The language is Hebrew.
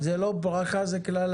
זה לא ברכה, זה קללה.